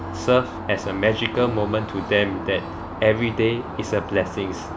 serve as a magical moment to them that everyday is a blessings